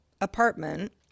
apartment